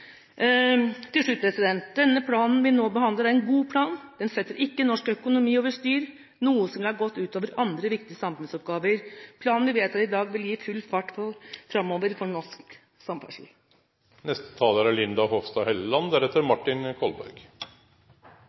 planen vi nå behandler, er god. Den setter ikke norsk økonomi over styr, noe som ville ha gått ut over andre viktige samfunnsoppgaver. Planen vi vedtar i dag, vil gi full fart framover for norsk samferdsel. Det er mange som beskylder oss i Trøndelag for å være trege. Men er